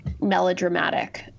melodramatic